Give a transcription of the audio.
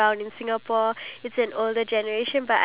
right now really